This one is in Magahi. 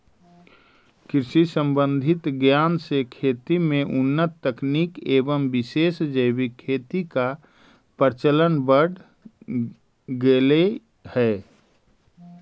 कृषि संबंधित ज्ञान से खेती में उन्नत तकनीक एवं विशेष जैविक खेती का प्रचलन बढ़ गेलई हे